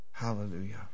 Hallelujah